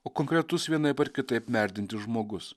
o konkretus vienaip ar kitaip merdintis žmogus